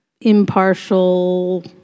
impartial